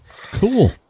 Cool